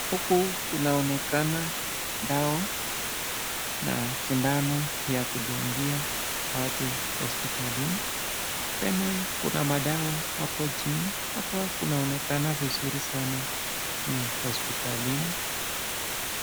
Huku kunaonekana dawa na sindano ya kudungia watu hospitalini, tena kuna madawa apo chini, hapa kunaonekana vizuri sana ni hospitalini.